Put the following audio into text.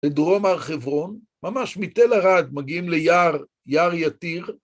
לדרום הר חברון, ממש מתל ערד מגיעים ליער, יער יתיר.